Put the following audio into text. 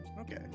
Okay